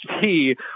see